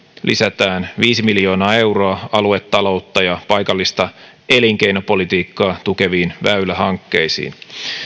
lisätään viisi miljoonaa euroa aluetaloutta ja paikallista elinkeinopolitiikkaa tukeviin väylähankkeisiin